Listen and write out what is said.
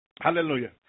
Hallelujah